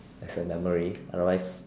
as a memory otherwise